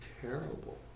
terrible